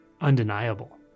undeniable